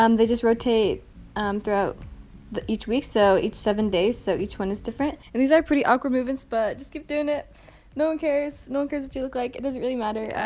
um they just rotate um throughout each week so each seven days. so each one is different and these are pretty awkward movements, but just keep doing it no one cares. no one cares. did you look like it doesn't really matter. yeah